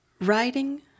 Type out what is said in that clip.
Writing